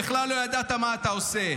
בכלל לא ידעת מה אתה עושה?